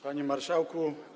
Panie Marszałku!